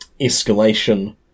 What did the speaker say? escalation